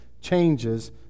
changes